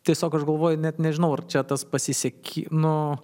tiesiog aš galvoju net nežinau ar čia tas pasiseki nu